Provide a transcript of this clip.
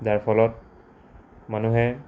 যাৰ ফলত মানুহে